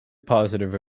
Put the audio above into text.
positive